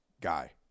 guy